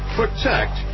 protect